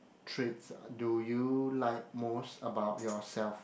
traits do you like most about yourself